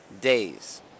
days